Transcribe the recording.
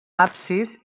absis